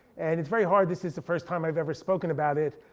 and it's very hard, this is the first time i've ever spoken about it.